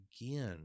again